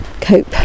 cope